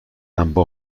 ام، با